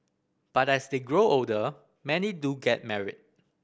but as they grow older many do get married